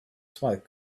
smoke